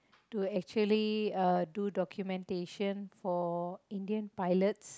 to actually uh do documentation for Indian pilots